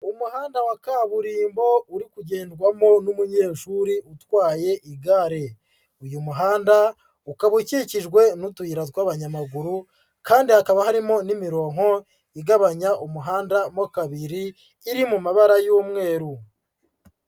Umuhanda wa kaburimbo uri kugendwamo n'umunyeshuri utwaye igare. Uyu muhanda ukaba ukikijwe n'utuyira tw'abanyamaguru, kandi hakaba harimo n'imirongo igabanya umuhanda mo kabiri, iri mu mabara y'umweru.